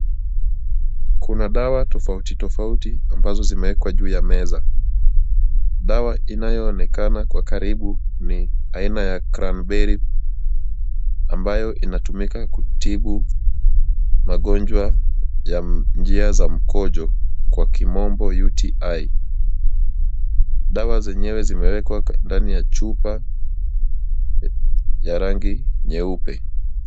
Kuna dawa tofauti taofauti ambazo zimewekwa juu ya meza. Dawa inayoonekana kwa karibu ni aina ya Cranberry ambayo inatumika kutibu magonjwa ya njia za mkojo kwa kimombo UTI . Dawa zenyewe zimewekwa ndani ya chupa ya rangi nyeupe.